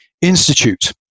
Institute